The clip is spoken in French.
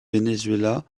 venezuela